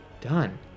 done